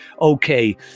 okay